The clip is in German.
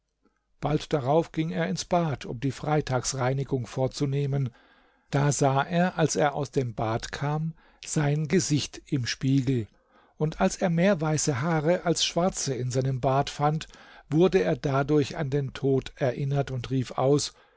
bald darauf ging er ins bad um die freitagsreinigung vorzunehmen da sah er als er aus dem bad kam sein gesicht im spiegel und als er mehr weiße haare als schwarze in seinem bart fand wurde er dadurch an den tod erinnert und rief aus